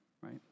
right